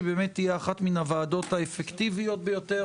שהיא באמת תהיה אחת מהוועדות האפקטיביות ביותר